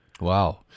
wow